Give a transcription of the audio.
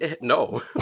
No